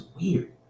weird